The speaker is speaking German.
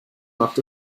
macht